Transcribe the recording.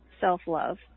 self-love